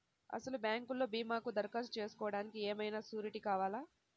అసలు బ్యాంక్లో భీమాకు దరఖాస్తు చేసుకోవడానికి ఏమయినా సూరీటీ కావాలా?